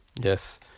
Yes